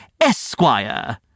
Esquire